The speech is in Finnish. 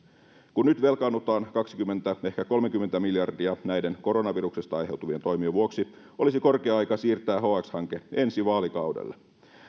kun nyt velkaannutaan kaksikymmentä ehkä kolmekymmentä miljardia näiden koronaviruksesta aiheutuvien toimien vuoksi olisi korkea aika siirtää hx hanke ensi vaalikaudelle